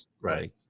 right